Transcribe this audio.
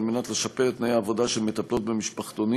מנת לשפר את תנאי העבודה של מטפלות במשפחתונים,